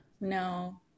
No